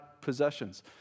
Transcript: possessions